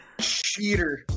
Cheater